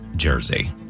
jersey